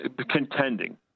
contending